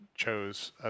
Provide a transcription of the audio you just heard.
chose